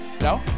No